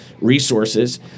resources